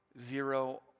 zero